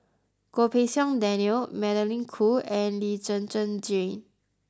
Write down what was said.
Goh Pei Siong Daniel Magdalene Khoo and Lee Zhen Zhen Jane